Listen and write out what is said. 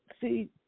See